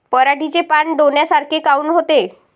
पराटीचे पानं डोन्यासारखे काऊन होते?